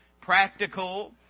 practical